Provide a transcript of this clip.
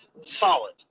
Solid